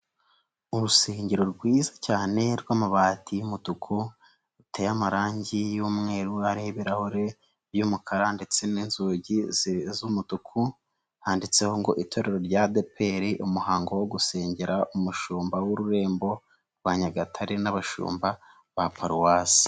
Urusengero rwiza cyane rw'amabati y'umutuku, ruteye amarangi y'umweru, hariho ibirahure b y'umukara ndetse n'inzugi z'umutuku, handitseho ngo ''itorero rya ADEPER umuhango wo gusengera umushumba w'ururembo rwa Nyagatare n'abashumba ba paruwasi''.